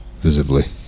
visibly